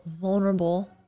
vulnerable